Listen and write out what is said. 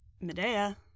Medea